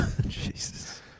Jesus